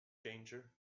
danger